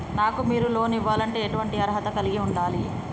నాకు మీరు లోన్ ఇవ్వాలంటే ఎటువంటి అర్హత కలిగి వుండాలే?